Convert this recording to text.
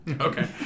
Okay